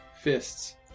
Fists